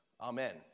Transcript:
Amen